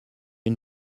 une